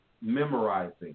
memorizing